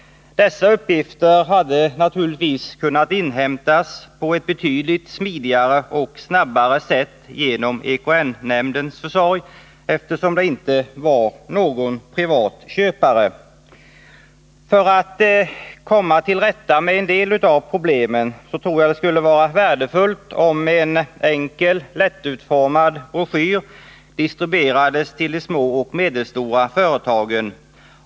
Dessa uppgifter hade naturligtvis kunnat inhämtas på ett betydligt smidigare och snabbare sätt genom exportkreditnämndens försorg, eftersom det inte rörde sig om någon privat köpare. För att komma till rätta med en del av problemen tror jag att det skulle vara värdefullt, om en enkel och bra utformad broschyr distribuerades till de små och medelstora företagen.